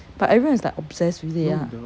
but everyone is like obsessed with it ah